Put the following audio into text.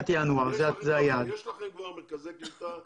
יש לכם כבר מרכזי קליטה מוכנים,